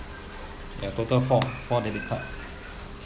ya total four four debit cards